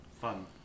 fun